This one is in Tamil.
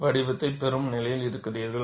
வடிவத்தைப் பெறும் நிலையில் இருக்கிறீர்கள்